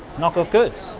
knock off goods.